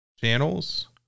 channels